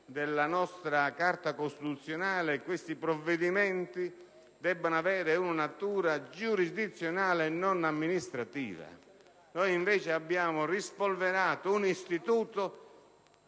della nostra Carta costituzionale simili provvedimenti debbano avere natura giurisdizionale e non amministrativa? Noi, invece, abbiamo rispolverato un istituto